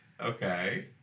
Okay